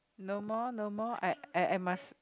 no more no more I I must